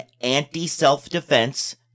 anti-self-defense